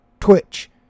Twitch